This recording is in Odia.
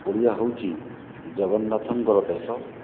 ଓଡ଼ିଆ ହେଉଛି ଜଗନ୍ନାଥଙ୍କର ଦେଶ